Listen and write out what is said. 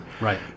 Right